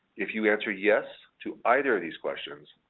if you answer yes to either of these questions,